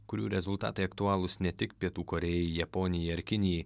kurių rezultatai aktualūs ne tik pietų korėjai japonijai ar kinijai